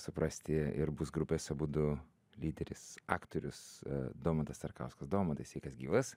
suprasti ir bus grupės abudu lyderis aktorius domantas starkauskas domantai sveikas gyvas